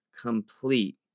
complete